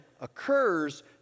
occurs